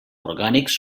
orgànics